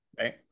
right